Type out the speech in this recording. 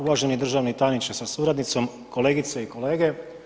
Uvaženi državni tajniče sa suradnicom, kolegice i kolege.